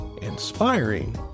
inspiring